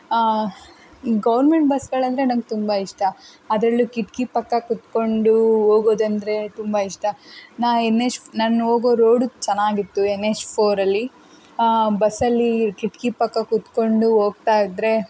government ಬಸ್ಗಳಂದರೆ ನಂಗೆ ತುಂಬ ಇಷ್ಟ ಅದ್ರಲ್ಲೂ ಕಿಟಕಿ ಪಕ್ಕ ಕುತ್ಕೊಂಡು ಹೋಗೋದಂದ್ರೆ ತುಂಬ ಇಷ್ಟ ನಾ ಎನ್ ಹೆಚ್ ನಾನು ಹೋಗೋ ರೋಡು ಚೆನ್ನಾಗಿತ್ತು ಎನ್ ಹೆಚ್ ಫೋರಲ್ಲಿ ಬಸ್ಸಲ್ಲಿ ಕಿಟಕಿ ಪಕ್ಕ ಕುತ್ಕೊಂಡು ಹೋಗ್ತಾ ಇದ್ದರೆ